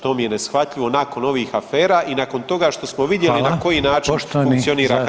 To mi je neshvatljivo nakon ovih afera i nakon toga što smo vidjeli na koji način [[Upadica: Hvala.]] funkcionira HRT.